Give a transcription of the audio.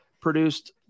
produced